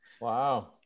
Wow